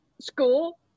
school